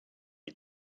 you